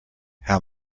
how